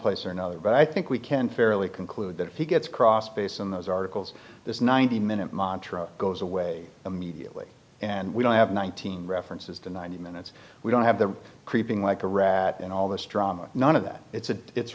place or another but i think we can fairly conclude that he gets cross based on those articles this ninety minute montreaux goes away immediately and we don't have nineteen references to nine minutes we don't have the creeping like a rock in all this drama none of that it's a it's